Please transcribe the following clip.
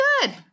good